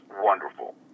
wonderful